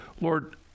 Lord